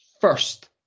first